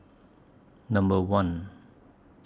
Number one